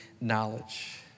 knowledge